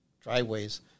driveways